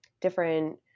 different